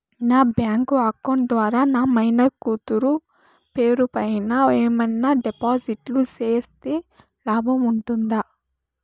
నా bank account ద్వారా నా మైనర్ కూతురు పేరు పైన ఏమన్నా డిపాజిట్లు సేస్తే లాభం ఉంటుందా?